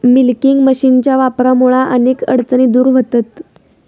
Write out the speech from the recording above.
milking मशीनच्या वापरामुळा अनेक अडचणी दूर व्हतहत